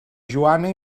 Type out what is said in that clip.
joana